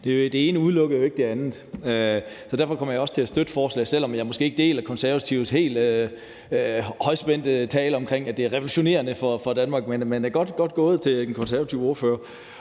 Det ene udelukker jo ikke det andet, så derfor kommer jeg også til at støtte forslaget, selv om jeg måske ikke helt deler Konservatives højspændte tale om, at det er revolutionerende for Danmark. Men godt gået, vil jeg sige til den konservative ordfører.